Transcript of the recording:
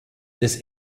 this